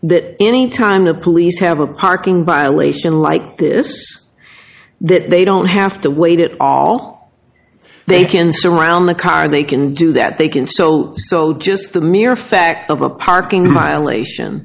that anytime the police have a parking violation like this they don't have to wait it all they can surround the car they can do that they can so just the mere fact of a parking violation